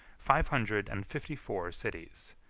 five hundred and fifty-four cities,